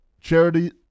charity